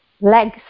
legs